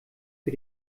für